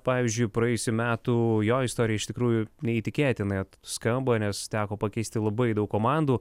pavyzdžiui praėjusių metų jo istorija iš tikrųjų neįtikėtina skamba nes teko pakeisti labai daug komandų